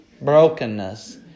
brokenness